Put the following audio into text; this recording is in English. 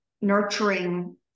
nurturing